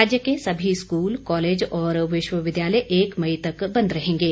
राज्य के सभी स्कूल कॉलेज और विश्वविद्यालय एक मई तक बंद रहेंगे